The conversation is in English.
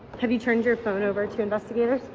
have you turned your phone over to investigators?